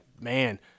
man –